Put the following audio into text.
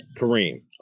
Kareem